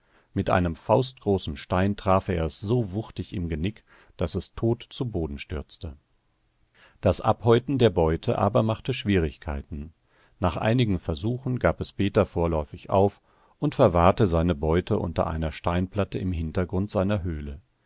mit einem faustgroßen stein traf er es so wuchtig im genick daß es tot zu boden stürzte das abhäuten der beute aber machte schwierigkeiten nach einigen versuchen gab es peter vorläufig auf und verwahrte seine beute unter einer steinplatte im hintergrund seiner höhle